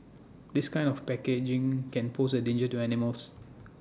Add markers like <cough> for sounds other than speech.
this kind of packaging can pose A danger to animals <noise>